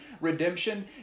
redemption